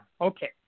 okay